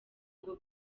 ngo